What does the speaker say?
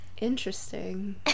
Interesting